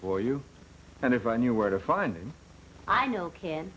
for you and if i knew where to find him i know can